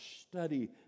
Study